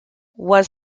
was